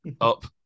up